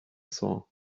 saw